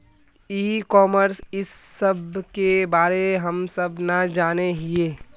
ई commerce इस सब के बारे हम सब ना जाने हीये?